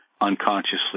unconsciously